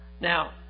Now